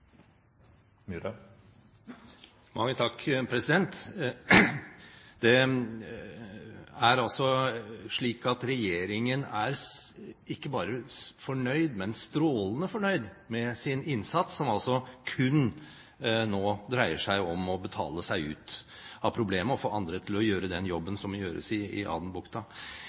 Det er altså slik at regjeringen er ikke bare fornøyd, men strålende fornøyd med sin innsats, som nå kun dreier seg om å betale seg ut av problemet og få andre til å gjøre den jobben som må gjøres i Adenbukta. I